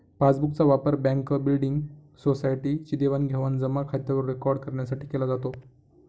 passbook चा वापर bank, building, society चे देवाणघेवाण जमा खात्यावर रेकॉर्ड करण्यासाठी केला जातो